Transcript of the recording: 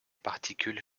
particules